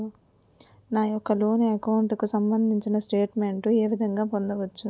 నా యెక్క loan account కు సంబందించిన స్టేట్ మెంట్ ఏ విధంగా పొందవచ్చు?